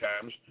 times